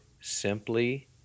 simply